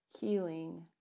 healing